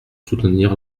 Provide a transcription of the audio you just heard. soutenir